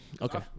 Okay